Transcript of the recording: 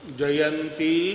Jayanti